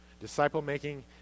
Disciple-making